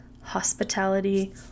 hospitality